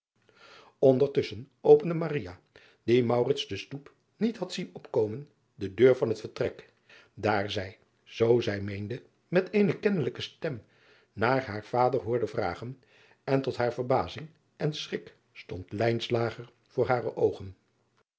ndertusschen opende die de stoep niet had zien opkomen de deur van het vertrek daar zij zoo zij meende met eene kennelijke stem naar haar vader hoorde vragen en tot haar verbazing en schrik stond voor hare oogen